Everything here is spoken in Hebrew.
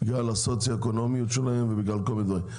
בגלל הסוציואקונומיות שלהם ובגלל כל מיני דברים.